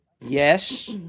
yes